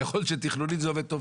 יכול להיות שתכנונית זה עובד טוב,